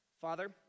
Father